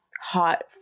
hot